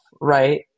right